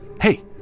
Hey